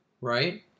right